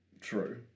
True